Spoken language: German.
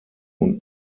und